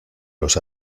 los